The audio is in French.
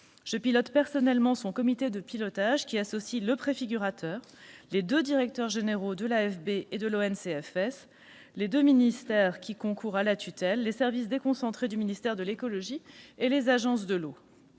Je dirige personnellement son comité de pilotage, qui associe le « préfigurateur », les deux directeurs généraux de l'AFB et de l'ONCFS, les deux ministères qui concourent à la tutelle, les services déconcentrés du ministère de l'écologie et les agences de l'eau.